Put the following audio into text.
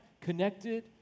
connected